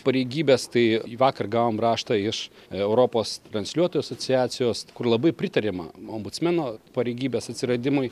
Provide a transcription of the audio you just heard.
pareigybės tai vakar gavom raštą iš europos transliuotojų asociacijos kur labai pritariama ombudsmeno pareigybės atsiradimui